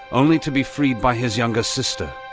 only to be freed by his younger sister.